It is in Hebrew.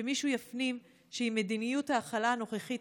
שמישהו יפנים שעם מדיניות ההכלה הנוכחית,